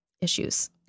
issues